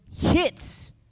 hits